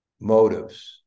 motives